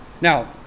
Now